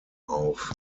auf